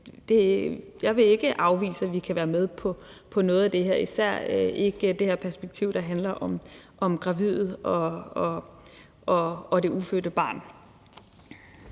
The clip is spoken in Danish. jeg ikke vil afvise, at vi kan være med på noget af det her, især det her perspektiv, der handler om gravide og ufødte børn.